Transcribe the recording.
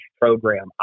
program